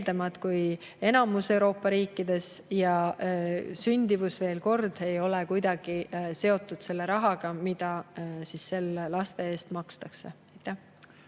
kui enamikus Euroopa riikides. Ja sündimus, veel kord, ei ole kuidagi seotud selle rahaga, mida laste eest makstakse.